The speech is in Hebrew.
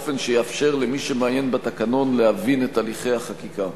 באופן שיאפשר למי שמעיין בתקנון להבין את הליכי החקיקה.